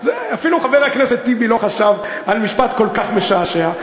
אפילו חבר הכנסת טיבי לא חשב על משפט כל כך משעשע.